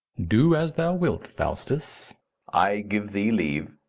do as thou wilt, faustus i give thee leave.